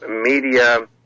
media